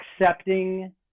accepting